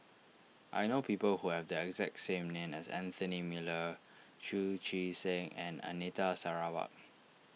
I know people who have the exact same name as Anthony Miller Chu Chee Seng and Anita Sarawak